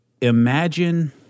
imagine